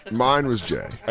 mine was jay. i